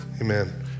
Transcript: Amen